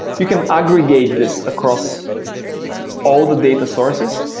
you can aggregate this across all the data sources,